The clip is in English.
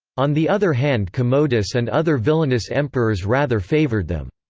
on the other hand commodus and other villainous emperors rather favoured them.